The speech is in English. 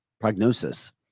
prognosis